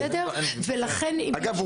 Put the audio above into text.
אגב,